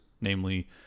Namely